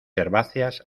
herbáceas